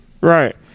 right